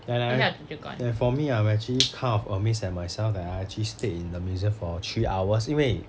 ya ya ya ya for me I will actually kind of amazed at myself that I actually stayed in the museum for three hours 因为